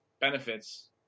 benefits